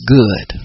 good